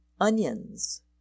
Onions